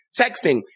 texting